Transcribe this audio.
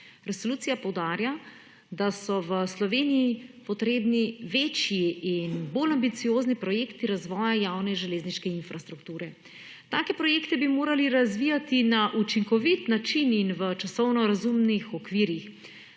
Resolucija poudarja, da so v Sloveniji potrebni večji in bolj ambiciozni projekti razvoja javne železniške infrastrukture. Take projekte bi morali razvijati na učinkovit način in v časovno razumnih okvirih,